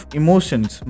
emotions